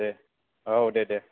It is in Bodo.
दे औ दे दे